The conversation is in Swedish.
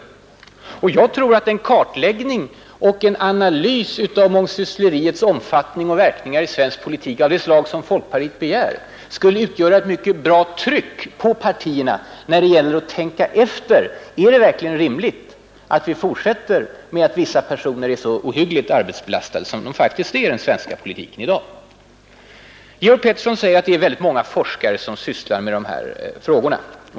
Därför tror jag att en kartläggning och analys av det slag som folkpartiet begär av mångsyssleriets omfattning och verkningar i svensk politik skulle utgöra ett mycket starkt tryck på partierna att tänka efter om det verkligen är rimligt att även i fortsättningen vissa personer skall vara så ohyggligt arbetsbelastade som de i själva verket är i dag. Herr Pettersson i Visby säger att många forskare sysslar med de här frågorna.